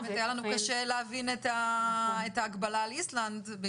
והיה לנו קשה להבין את ההגבלה על איסלנד,